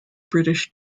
british